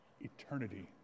eternity